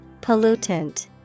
Pollutant